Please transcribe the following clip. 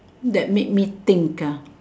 that make me think ah